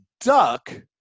duck